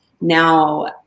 Now